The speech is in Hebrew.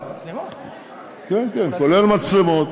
כולל מצלמות,